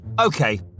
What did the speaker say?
Okay